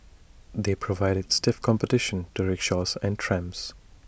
they provided stiff competition to rickshaws and trams